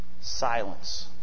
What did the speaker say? Silence